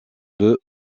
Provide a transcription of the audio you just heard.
deux